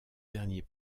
derniers